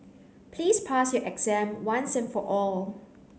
please pass your exam once and for all